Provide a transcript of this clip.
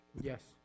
Yes